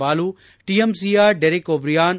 ಬಾಲು ಟಿಎಂಸಿಯ ಡೆರಿಕಾ ಒ ಬ್ರಿಯಾನ್